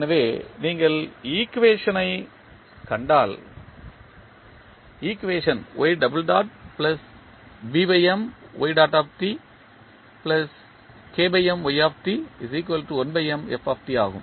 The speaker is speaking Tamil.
எனவே நீங்கள் ஈக்குவேஷன் ஐக் கண்டால் ஈக்குவேஷன் ஆகும்